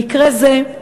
במקרה זה,